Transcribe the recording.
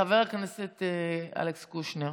חבר הכנסת אלכס קושניר.